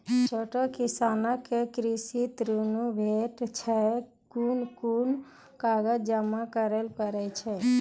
छोट किसानक कृषि ॠण भेटै छै? कून कून कागज जमा करे पड़े छै?